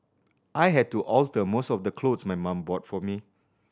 I had to alter most of the clothes my mum bought for me